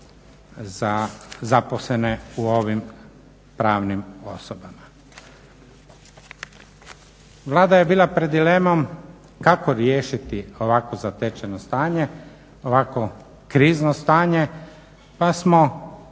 za zaposlene u ovim pravnim osobama. Vlada je bila pred dilemom kako riješiti ovako zatečeno stanje, ovako krizno stanje pa smo